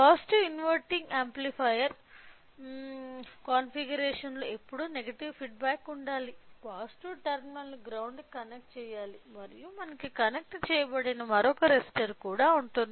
positive inverting amplifier configuration లో ఎప్పుడు negative feedback ఉండాలి పాజిటివ్ టెర్మినల్ ను గ్రౌండ్ కి కనెక్ట్ చెయ్యాలి మరియు మనకు కనెక్ట్ చేయబడిన మరొక రెసిస్టర్ కూడా ఉంటుంది